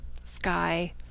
sky